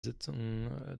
sitzungen